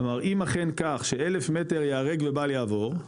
כלומר אם אכן כך ש-1,000 מטר ייהרג ובל יעבור,